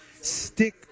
stick